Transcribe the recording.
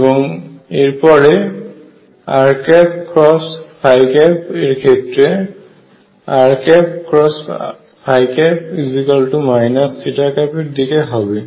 এবং এরপরে r এর ক্ষেত্রে r এর দিকে হবে